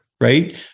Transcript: right